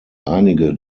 einige